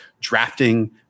drafting